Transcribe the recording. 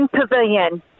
Pavilion